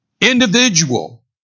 individual